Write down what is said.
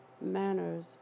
manners